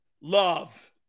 love